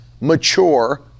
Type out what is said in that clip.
mature